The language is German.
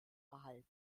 erhalten